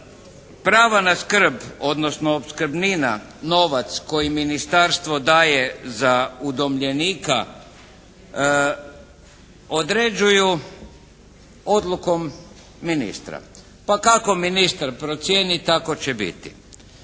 prava na skrb, odnosno opskrbnina, novac koji ministarstvo daje za udomljenika određuju odlukom ministra. Pa kako ministar procijeni tako će biti.